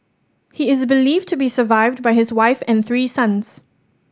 he is believed to be survived by his wife and three sons